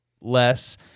less